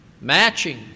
matching